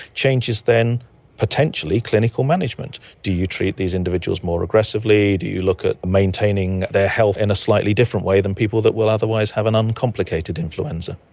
changes then potentially clinical management. do you treat these individuals more aggressively, do you look at maintaining their health in a slightly different way than people that will otherwise have an uncomplicated influenza.